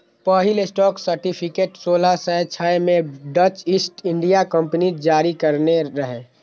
पहिल stock certificate सोलह सय छह मे डच ईस्ट इंडिया कंपनी जारी करने रहै